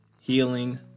healing